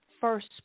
first